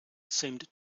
seemed